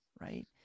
right